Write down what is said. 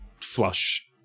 flush